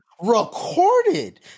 recorded